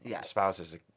spouses